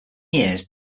years